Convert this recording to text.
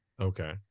Okay